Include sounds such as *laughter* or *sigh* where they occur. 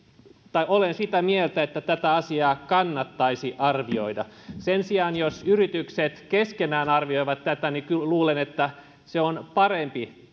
olen sitä mieltä että tätä asiaa kannattaisi arvioida sen sijaan jos yritykset keskenään arvioivat tätä niin luulen että se on parempi *unintelligible*